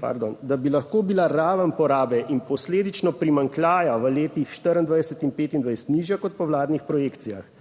pardon, da bi lahko bila raven porabe in posledično primanjkljaja v letih 2024 in 2025 nižja kot po vladnih projekcijah.